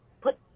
put